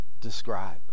describe